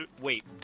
Wait